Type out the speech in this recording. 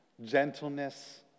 gentleness